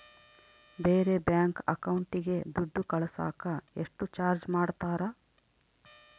ಬೇರೆ ಬ್ಯಾಂಕ್ ಅಕೌಂಟಿಗೆ ದುಡ್ಡು ಕಳಸಾಕ ಎಷ್ಟು ಚಾರ್ಜ್ ಮಾಡತಾರ?